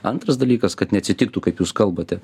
antras dalykas kad neatsitiktų kaip jūs kalbate